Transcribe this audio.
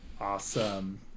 awesome